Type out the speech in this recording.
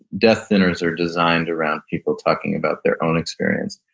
death dinners are designed around people talking about their own experience.